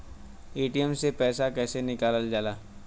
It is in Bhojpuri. पेटीएम से कैसे पैसा निकलल जाला?